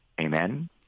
Amen